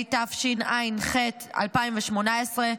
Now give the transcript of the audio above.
התשע"ח 2018,